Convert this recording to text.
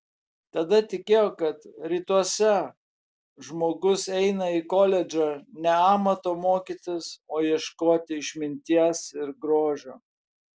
tada tikėjo kad rytuose žmogus eina į koledžą ne amato mokytis o ieškoti išminties ir grožio